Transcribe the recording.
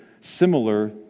similar